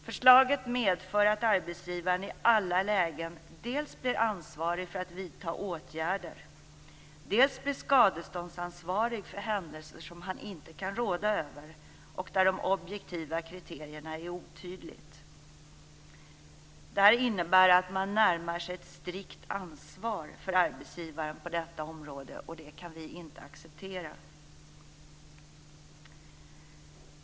Förslaget medför att arbetsgivaren i alla lägen dels blir ansvarig för att vidta åtgärder, dels blir skadeståndsansvarig för händelser som han inte kan råda över och där de objektiva kriterierna är otydliga. Detta innebär att man närmar sig ett strikt ansvar för arbetsgivaren på detta område, och det kan vi inte acceptera.